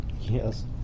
Yes